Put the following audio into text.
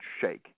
shake